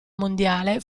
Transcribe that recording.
mondiale